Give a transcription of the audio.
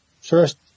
first